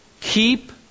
Keep